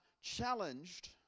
challenged